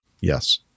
yes